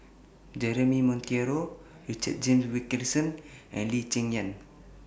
Jeremy Monteiro Richard James Wilkinson and Lee Cheng Yan